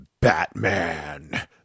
Batman